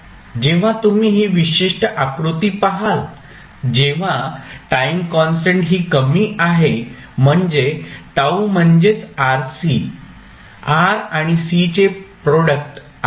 जेव्हा तुम्ही ही विशिष्ट आकृती पहाल जेव्हा टाईम कॉन्स्टंट ही कमी आहे म्हणजे τ म्हणजेच RC R आणि C चे प्रॉडक्ट आहे